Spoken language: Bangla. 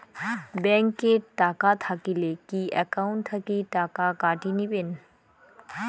ব্যাংক এ টাকা থাকিলে কি একাউন্ট থাকি টাকা কাটি নিবেন?